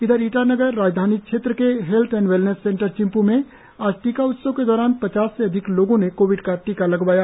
इधर ईटानगर राजधानी क्षेत्र के health and wellness centre Chimpu में आज टीका उत्सव के दौरान पचास से अधिक लोगों ने कोविड का टीका लगवाया